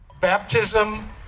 Baptism